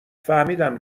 فهمیدم